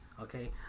okay